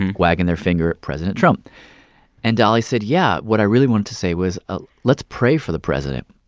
wagging their finger at president trump and dolly said, yeah, what i really wanted to say was, ah let's pray for the president.